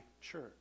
church